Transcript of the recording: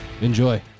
Enjoy